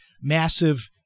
massive